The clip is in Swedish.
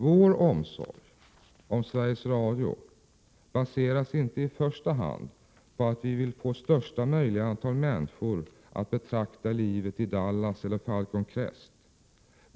Vår omsorg om Sveriges Radio baseras inte i första hand på att vi vill få största möjliga antal människor att betrakta livet i Dallas eller Falcon Crest.